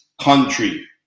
country